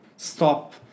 stop